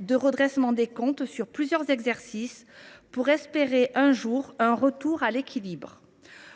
de redressement des comptes sur plusieurs exercices si nous voulons espérer un retour à l’équilibre.